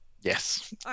Yes